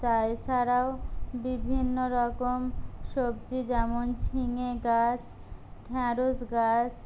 তা এছাড়াও বিভিন্ন রকম সবজি যেমন ঝিঙে গাছ ঢ্যাঁড়স গাছ